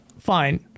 fine